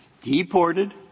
deported